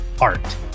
art